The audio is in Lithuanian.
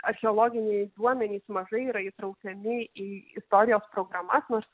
archeologiniai duomenys mažai yra įtraukiami į istorijos programas nors